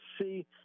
see